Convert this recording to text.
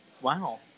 Wow